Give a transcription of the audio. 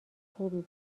خوبی